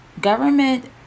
government